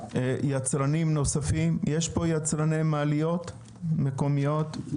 יצרנים נוספים, יש פה יצרני מעליות מקומיים?